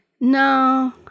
no